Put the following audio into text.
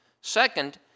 Second